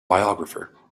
biographer